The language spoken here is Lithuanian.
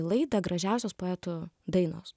laidą gražiausios poetų dainos